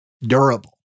durable